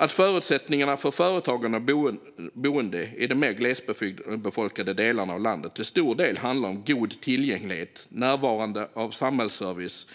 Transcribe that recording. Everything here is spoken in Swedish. Att förutsättningarna för företagande och boende i de mer glesbefolkade delarna av landet till stor del handlar om god tillgänglighet, närvarande samhällsservice,